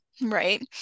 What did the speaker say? right